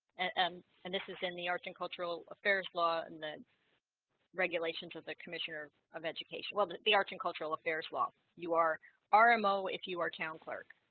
and and this is in the arts and cultural affairs law and the regulations of the commissioner of education, well, the the arts and cultural affairs law, you are are rmo if you are town clerk